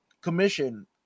commission